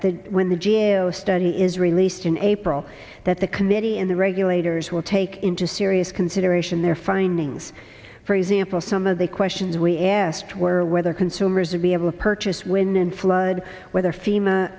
that when the g a o study is released in april that the committee in the regulators will take into serious consideration their findings for example some of the questions we asked were whether consumers would be able to purchase when and flood whether fema